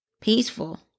peaceful